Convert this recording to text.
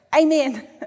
Amen